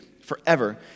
forever